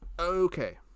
Okay